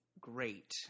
great